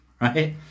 Right